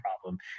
problem